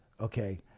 Okay